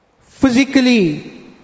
Physically